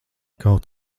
kaut